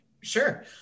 Sure